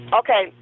okay